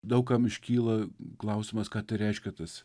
daug kam iškyla klausimas ką reiškia tas